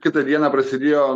kitą dieną prasidėjo